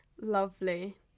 Lovely